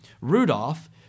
Rudolph